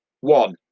one